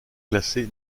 classé